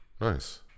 Nice